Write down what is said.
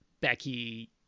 Becky